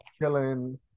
killing